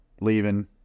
leaving